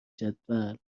جدول